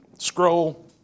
scroll